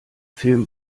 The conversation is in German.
film